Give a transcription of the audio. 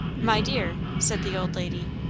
my dear, said the old lady,